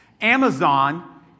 Amazon